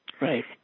Right